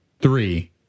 three